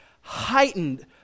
heightened